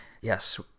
yes